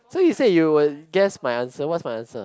so you say you would guess my answer what's my answer